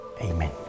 Amen